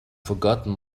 forgotten